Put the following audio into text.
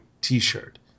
T-shirt